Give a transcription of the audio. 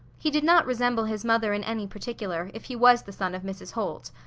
he did not resemble his mother in any particular, if he was the son of mrs. holt.